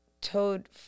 toad